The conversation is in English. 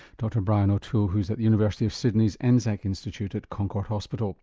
dr brian o'toole, who is at the university of sydney's anzac institute at concord hospital.